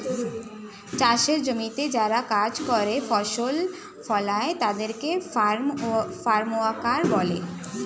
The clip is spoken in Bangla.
চাষের জমিতে যারা কাজ করে, ফসল ফলায় তাদের ফার্ম ওয়ার্কার বলে